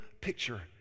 picture